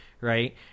right